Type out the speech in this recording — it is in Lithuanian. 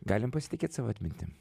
galime pasitikėt savo atmintim